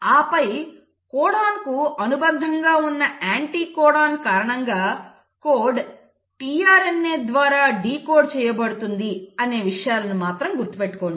ఆపై కోడాన్కు అనుబంధంగా ఉన్న యాంటీకోడాన్ కారణంగా కోడ్ tRNA ద్వారా డీకోడ్ చేయబడుతుంది అనే విషయాలను మాత్రం గుర్తుపెట్టుకోండి